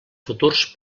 futurs